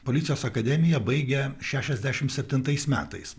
policijos akademiją baigė šešiasdešimt septintais metais